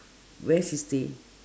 where she stay